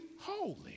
holy